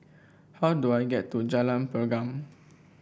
how do I get to Jalan Pergam